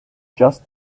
just